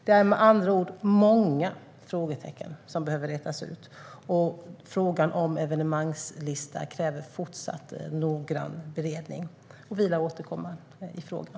Det är med andra ord många frågetecken som behöver rätas ut, och frågan om en evenemangslista kräver fortsatt noggrann beredning. Vi lär återkomma i frågan.